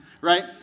right